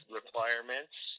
requirements